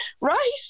right